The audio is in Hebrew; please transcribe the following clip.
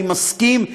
אני מסכים,